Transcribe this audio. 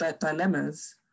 dilemmas